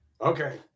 Okay